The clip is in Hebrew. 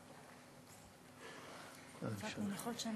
אדוני היושב-ראש,